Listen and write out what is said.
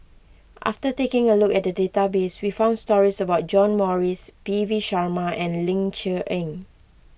after taking a look at the database we found stories about John Morrice P V Sharma and Ling Cher Eng